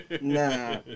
Nah